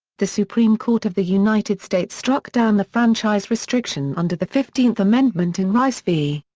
the supreme court of the united states struck down the franchise restriction under the fifteenth amendment in rice v.